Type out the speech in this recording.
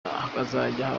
bakazajya